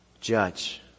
judge